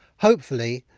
hopefully,